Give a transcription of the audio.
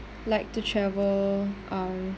like to travel um